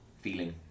feeling